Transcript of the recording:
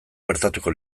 gertatuko